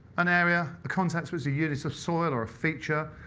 an area, the concept was a unit of soil or a feature.